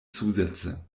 zusätze